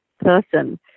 person